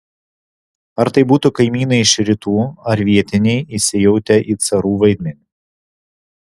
ar tai būtų kaimynai iš rytų ar vietiniai įsijautę į carų vaidmenį